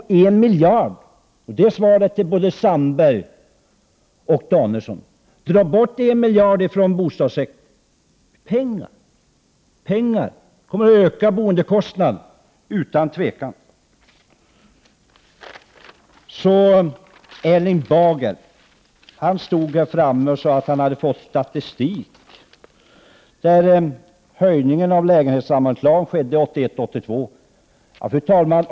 Som svar till både Jan Sandberg och Bertil Danielsson vill jag säga: Att man drar bort 1 miljard kronor från bostadssektorn kommer utan tvivel att öka boendekostnaden. Erling Bager stod här framme och sade att han hade fått statistik, enligt vilken höjningen när det gäller lägenhetssammanslagningen skedde 1981/82.